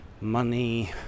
money